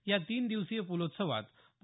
या तीन दिवसीय पुलोत्सवात पू